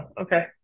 okay